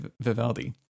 Vivaldi